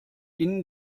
ihnen